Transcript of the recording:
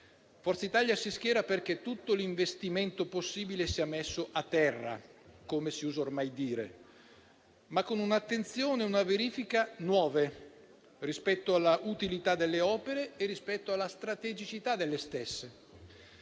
Presidente-PPE si schiera perché tutto l'investimento possibile sia messo a terra, come si usa ormai dire, ma con un'attenzione e una verifica nuove rispetto all'utilità e alla strategicità delle opere.